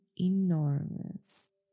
enormous